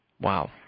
wow